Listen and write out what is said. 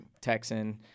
Texan